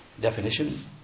Definition